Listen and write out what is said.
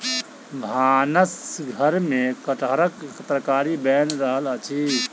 भानस घर में कटहरक तरकारी बैन रहल अछि